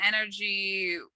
energy